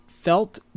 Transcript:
felt